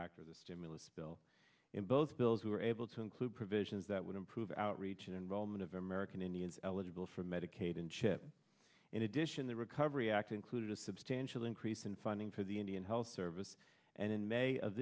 act or the stimulus bill in both bills were able to include provisions that would improve outreach and enrollment of american indians eligible for medicaid and chip in addition the recovery act included a substantial increase in funding for the indian health service and in may of